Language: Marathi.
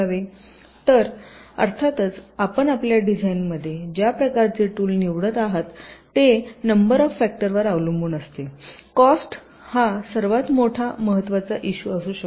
" तर अर्थातच आपण आपल्या डिझाइनमध्ये ज्या प्रकारचे टूल निवडत आहात ते नंबर ऑफ फॅक्टरवर अवलंबून असू शकते कॉस्ट ही सर्वात महत्वाची इशू असू शकते